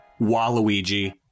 Waluigi